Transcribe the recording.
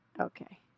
okay